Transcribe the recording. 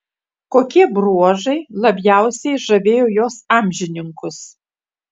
kokie bruožai labiausiai žavėjo jos amžininkus